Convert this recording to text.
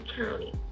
County